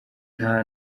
nta